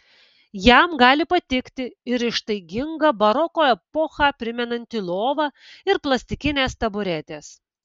jam gali patikti ir ištaiginga baroko epochą primenanti lova ir plastikinės taburetės